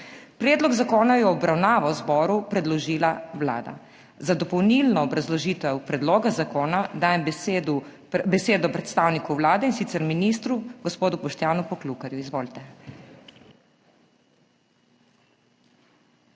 Predlog zakona je v obravnavo zboru predložila Vlada. Za dopolnilno obrazložitev predloga zakona dajem besedo predstavniku Vlade in sicer ministru, gospodu Boštjanu Poklukarju. Izvolite.